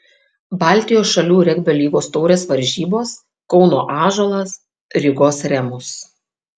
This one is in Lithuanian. baltijos šalių regbio lygos taurės varžybos kauno ąžuolas rygos remus